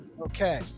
Okay